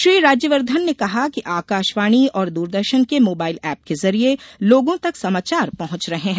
श्री राज्यवर्धन ने कहा कि आकाशवाणी और द्रदर्शन के मोबाइल एप के जरिये लोगों तक समाचार पहुंच रहे हैं